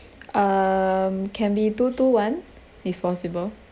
um can be two two one if possible